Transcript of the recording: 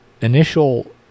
initial